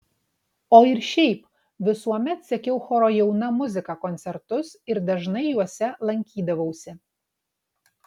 o ir šiaip visuomet sekiau choro jauna muzika koncertus ir dažnai juose lankydavausi